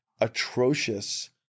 atrocious